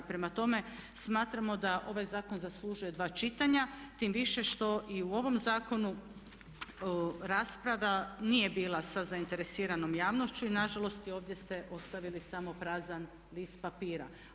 Prema tome, smatramo da ovaj zakon zaslužuje dva čitanja tim više što i u ovom zakonu rasprava nije bila sa zainteresiranom javnošću i na žalost i ovdje ste ostavili samo prazan list papira.